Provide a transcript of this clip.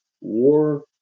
war